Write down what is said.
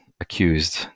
accused